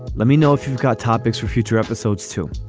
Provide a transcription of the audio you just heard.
let me know if you've got topics for future episodes too.